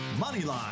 Moneyline